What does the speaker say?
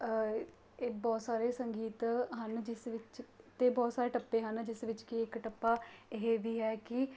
ਇਹ ਬਹੁਤ ਸਾਰੇ ਸੰਗੀਤ ਹਨ ਜਿਸ ਵਿੱਚ ਅਤੇ ਬਹੁਤ ਸਾਰੇ ਟੱਪੇ ਹਨ ਜਿਸ ਵਿੱਚ ਕਿ ਇੱਕ ਟੱਪਾ ਇਹ ਵੀ ਹੈ ਕਿ